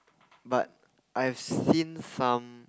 but I've seen some